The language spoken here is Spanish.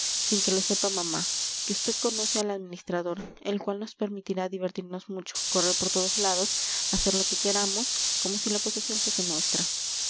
sin que lo sepa mamá que vd conoce al administrador el cual nos permitirá divertirnos mucho correr por todos lados hacer lo que queramos como si la posesión fuese nuestra